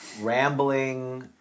rambling